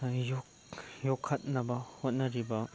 ꯌꯣꯛꯈꯠꯅꯕ ꯍꯣꯠꯅꯔꯤꯕ